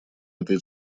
этой